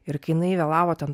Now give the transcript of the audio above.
ir kai jinai vėlavo ten